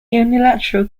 unilateral